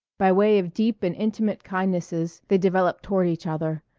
by way of deep and intimate kindnesses they developed toward each other,